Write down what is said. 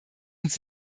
uns